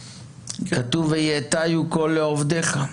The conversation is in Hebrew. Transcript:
כתוב: "ויאתיו כל לעׇבדך".